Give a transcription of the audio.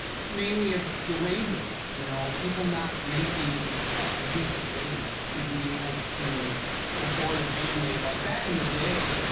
mainly, it's the wages, you know, people not making a decent wage to be able to support a family. like, back in the day,